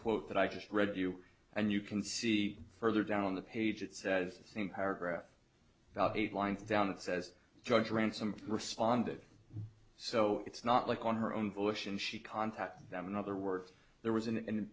quote that i just read you and you can see further down the page it says the same paragraph about eight lines down it says judge ransom responded so it's not like on her own volition she contacted them in other words there was